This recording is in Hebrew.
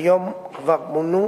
כיום כבר מונו